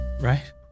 Right